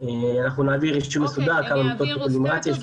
אנחנו נעביר אישור מסודר כמה מיטות טיפול נמרץ יש,